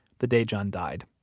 the day john died.